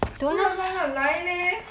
不要乱乱来了 leh